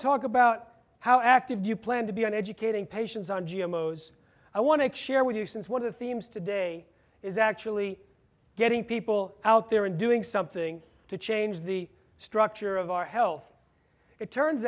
talk about how active you plan to be on educating patients on g m o's i want to share with you since one of the themes today is actually getting people out there and doing something to change the structure of our health it turns